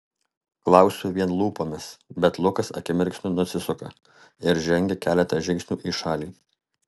klausiu vien lūpomis bet lukas akimirksniu nusisuka ir žengia keletą žingsnių į šalį